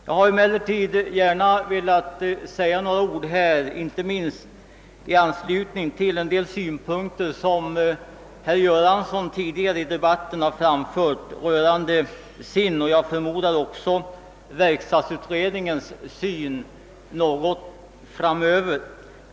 Jag vill emellertid säga några ord här, inte minst i anslutning till en del synpunkter som herr Göransson tidigare i debatten har framfört rörande denna sak och som jag förmodar också speglar verkstadsutredningens syn på spörsmålet något framöver.